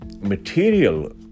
material